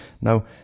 Now